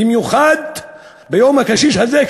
במיוחד ביום הקשיש הזה,